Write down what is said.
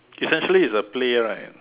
essentially it's a play right